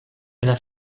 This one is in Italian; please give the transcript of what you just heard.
della